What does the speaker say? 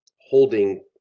holding